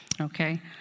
okay